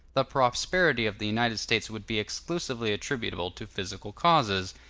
the prosperity of the united states would be exclusively attributable to physical causes,